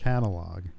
catalog